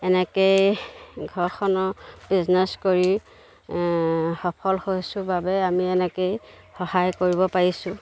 এনেকৈয়ে ঘৰখনৰ বিজনেছ কৰি সফল হৈছোঁ বাবে আমি এনেকৈয়ে সহায় কৰিব পাৰিছোঁ